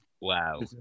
Wow